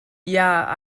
yeah